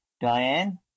Diane